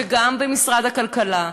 גם במשרד הכלכלה,